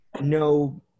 no